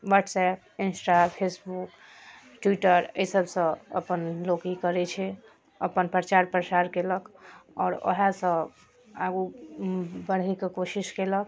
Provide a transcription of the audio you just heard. WhatsApp Insta Facebook Twitter एहि सबसँ अपन लोक ई करै छै अपन प्रचार प्रसार केलक आओर वएहसँ आगू बढ़ैके कोशिश केलक